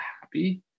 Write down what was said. happy